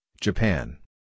Japan